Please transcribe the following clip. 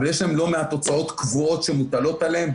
אבל יש להם לא מעט הוצאות קבועות שמוטלות עליהם.